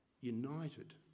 united